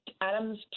Adams